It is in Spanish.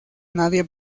nadie